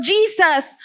Jesus